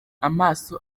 amaso